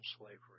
slavery